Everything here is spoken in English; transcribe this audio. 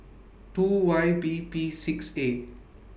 two Y B P six A